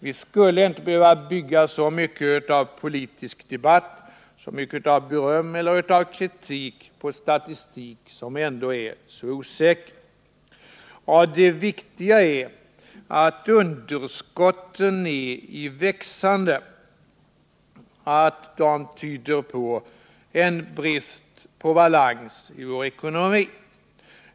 Vi skulle inte behöva bygga så mycket av politisk debatt, så mycket av beröm eller av kritik, på statistik som ändå är så osäker. Och det viktiga är att underskotten är i växande, att de tyder på en brist på balans i vår ekonomi.